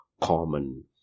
common